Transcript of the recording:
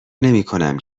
نمیکنم